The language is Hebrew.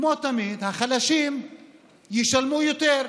כמו תמיד, החלשים ישלמו יותר,